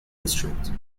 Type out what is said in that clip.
district